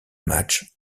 match